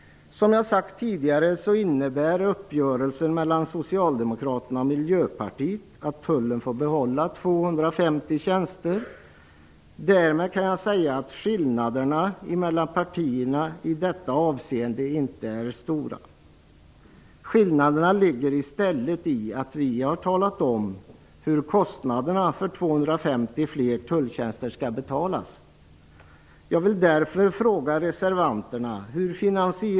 Som jag sagt tidigare så innebär uppgörelsen mellan Socialdemokraterna och Miljöpartiet att tullen får behålla 250 tjänster. Därmed kan jag säga att skillnaderna mellan partierna i detta avseende inte är stora. Skillnaderna ligger i stället i att vi har talat om hur kostnaderna för 250 fler tulltjänster skall betalas.